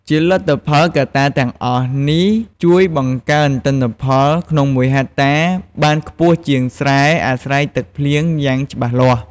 ជាលទ្ធផល កត្តាទាំងអស់នេះជួយបង្កើនទិន្នផលក្នុងមួយហិកតាបានខ្ពស់ជាងស្រែអាស្រ័យទឹកភ្លៀងយ៉ាងច្បាស់លាស់។